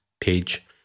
page